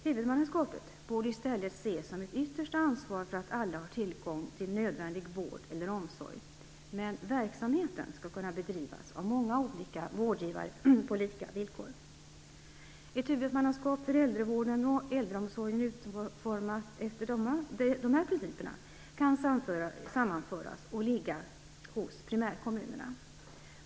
Huvudmannaskapet borde i stället ses som ett yttersta ansvar för att alla har tillgång till nödvändig vård eller omsorg, men verksamheten skall kunna bedrivas av många olika vårdgivare på lika villkor. Ett huvudmannaskap för äldrevården och äldreomsorgen utformat enligt dessa principer kan sammanföras och ligga hos primärkommunerna.